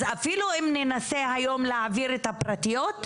אז אפילו אם ננסה היום להעביר את הפרטיות,